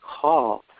call